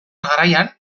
garaian